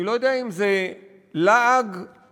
אני לא יודע אם זה לעג לכאב